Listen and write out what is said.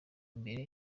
imbere